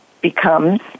becomes